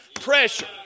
Pressure